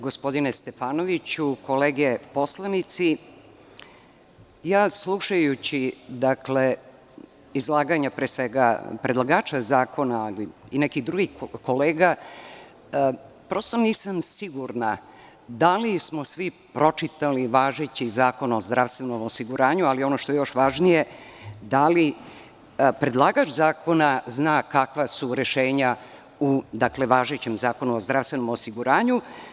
Gospodine Stefanoviću, kolege poslanici, slušajući izlaganje, pre svega, predlagača zakona, ali i nekih drugih kolega, prosto nisam sigurna da li smo svi pročitali važeći Zakon o zdravstvenom osiguranju, ali ono što je još važnije, da li predlagač zakona zna kakva su rešenja u važećem Zakonu o zdravstvenom osiguranju.